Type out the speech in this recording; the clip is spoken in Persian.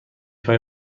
های